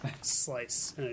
slice